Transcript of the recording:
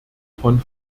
von